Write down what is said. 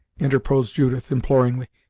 interposed judith, imploringly,